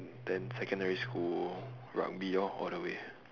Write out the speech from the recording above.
then secondary school rugby lor all the way